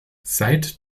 seit